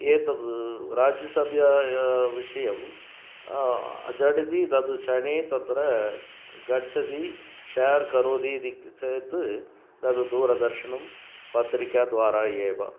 एतद् राज्यसभायां विषयं झटिति तक्षणे तत्र गच्छति शार् करोति इति चेत् तद् दूरदर्शनं पत्रिकाद्वारा एव